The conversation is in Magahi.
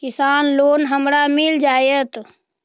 किसान लोन हमरा मिल जायत?